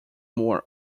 more